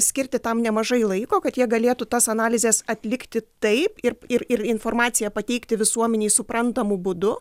skirti tam nemažai laiko kad jie galėtų tas analizės atlikti taip ir ir ir informaciją pateikti visuomenei suprantamu būdu